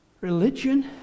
Religion